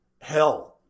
Hell